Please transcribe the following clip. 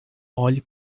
olhe